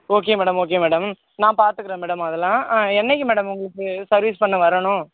okay madam okay madam நான் பார்த்துக்கிறேன் madam அதுலாம் ஆ என்னக்கு மேடம் உங்களுக்கு சர்வீஸ் பண்ண வரனும்